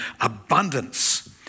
abundance